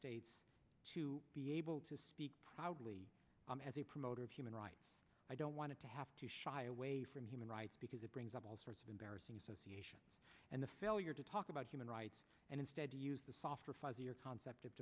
states to be able to speak proudly as a promoter of human rights i don't want to have to shy away from human rights because it brings up all sorts of embarrassing association and the failure to talk about human rights and instead to use the softer fuzzier concept of